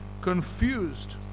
confused